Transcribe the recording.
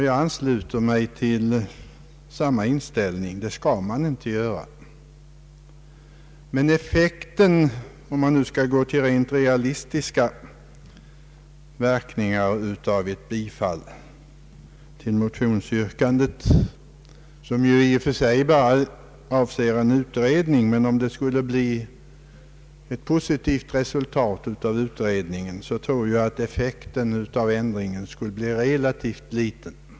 Jag ansluter mig till samma uppfattning och anser att man inte bör göra detta. Effekten av ett bifall till motionsyrkandet, som i och för sig egentligen bara avser en utredning — även om det skulle bli ett positivt resultat av utredningen — blir relativt litet i verkligheten.